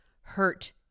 hurt